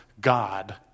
God